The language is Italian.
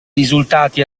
risultati